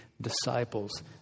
disciples